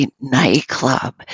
nightclub